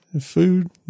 food